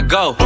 go